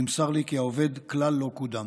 נמסר לי כי העובד כלל לא קודם.